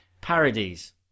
Parodies